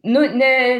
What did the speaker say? nu ne